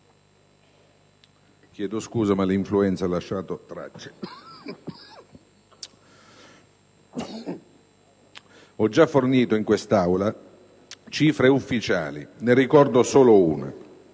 Ho già fornito in quest'Aula cifre ufficiali e, dunque, ne ricordo solo una: